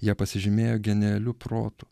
jie pasižymėjo genialiu protu